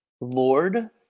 Lord